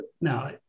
Now